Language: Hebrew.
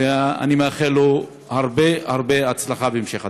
ואני מאחל לו הרבה הרבה הצלחה בהמשך הדרך.